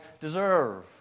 deserve